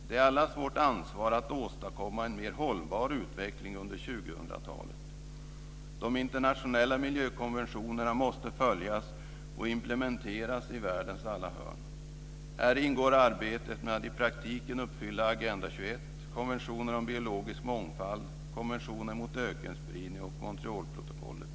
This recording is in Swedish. Det är allas vårt ansvar att åstadkomma en mer hållbar utveckling under 2000-talet. De internationella miljökonventionerna måste följas och implementeras i världens alla hörn. Häri ingår arbetet med att i praktiken uppfylla Agenda 21, konventionen om biologisk mångfald, konventionen mot ökenspridning och Montrealprotokollet.